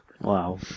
Wow